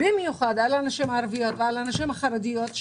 במיוחד על הנשים הערביות ועל הנשים החרדיות,